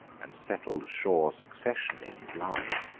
and settled sure succession in his line,